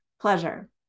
pleasure